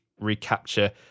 recapture